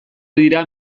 dira